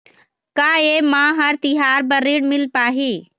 का ये म हर तिहार बर ऋण मिल पाही?